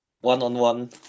one-on-one